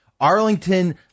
Arlington